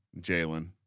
Jalen